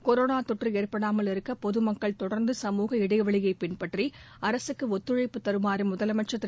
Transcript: corona தொற்று ஏற்படாமல் இருக்க பொதுமக்கள் தொடர்ந்து சமூக இடைவெளியை பின்பற்றி அரசுக்கு ஒத்துழைப்பு தருமாறும் முதலமைச்சா் திரு